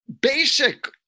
basic